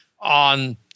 on